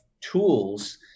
tools